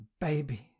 baby